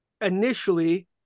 initially